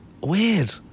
Weird